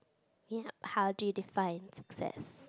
ya how do you define success